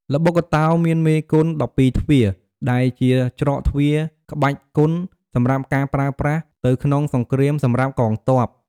ល្បុក្កតោ មានមេគុន ១២ទ្វារ ដែលជាច្រកទ្វារក្បាច់គុន សម្រាប់ការប្រើប្រាសទៅក្នុងសង្គ្រាមសម្រាប់កងទ័ព។